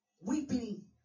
weeping